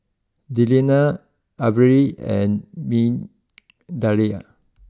Delina Averi and Migdalia